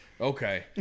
Okay